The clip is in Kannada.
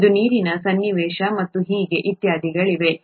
ಇದು ನೀರಿನ ಸನ್ನಿವೇಶ ಮತ್ತು ಹೀಗೆ ಇತ್ಯಾದಿಗಳಿವೆ